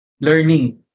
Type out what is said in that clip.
learning